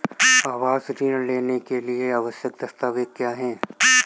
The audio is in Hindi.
आवास ऋण आवेदन के लिए आवश्यक दस्तावेज़ क्या हैं?